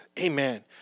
Amen